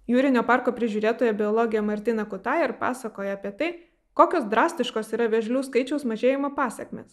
jūrinio parko prižiūrėtoja biologė martina kutajer ir pasakoja apie tai kokios drastiškos yra vėžlių skaičiaus mažėjimo pasekmės